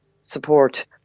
support